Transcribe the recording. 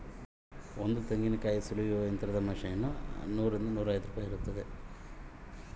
ತೆಂಗಿನಕಾಯಿ ಸುಲಿಯುವ ಯಂತ್ರದ ಮೊತ್ತ ಎಷ್ಟಿರಬಹುದು?